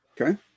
Okay